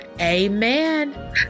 amen